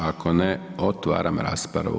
Ako ne, otvaram raspravu.